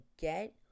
get